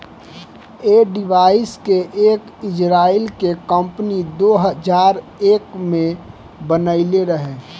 ऐ डिवाइस के एक इजराइल के कम्पनी दो हजार एक में बनाइले रहे